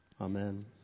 Amen